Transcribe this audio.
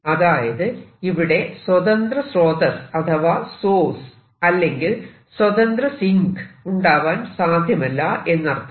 അതായത് ഇവിടെ സ്വതന്ത്ര സ്രോതസ്സ് അഥവാ സോഴ്സ് അല്ലെങ്കിൽ സ്വതന്ത്ര സിങ്ക് ഉണ്ടാവാൻ സാധ്യമല്ല എന്നർത്ഥം